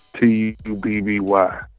T-U-B-B-Y